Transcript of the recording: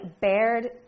bared